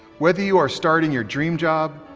whether you are starting your dream job,